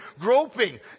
groping